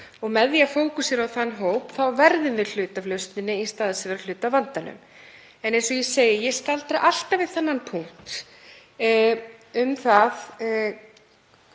og með því að fókusera á þann hóp verðum við hluti af lausninni í stað þess að vera hluti af vandanum. En eins og ég segi, ég staldra alltaf við þennan punkt um það